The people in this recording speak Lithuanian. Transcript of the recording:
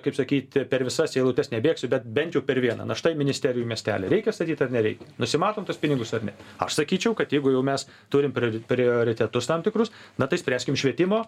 kaip sakyt per visas eilutes nebėgsiu bet bent jau per vieną na štai ministerijų miestelį reikia statyti ar nereikia nusimatom tuos pinigus ar ne aš sakyčiau kad jeigu jau mes turim priori prioritetus tam tikrus na tai spręskim švietimo